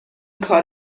کار